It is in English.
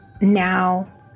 Now